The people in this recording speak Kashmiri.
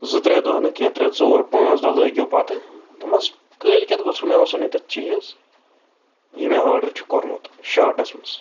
زٕ ترٛےٚ دۄہ نہٕ کیٚنٛہہ ترٛےٚ ژور پانٛژ دۄہ لٲگِو پَتہٕ دوٚپمَس کٲلۍ کٮ۪تھ گوٚژھو مےٚ آسُن ییٚتٮ۪تھ چیٖز یہِ مےٚ آرڈر چھُ کوٚرمُت شارٹَس مَنٛز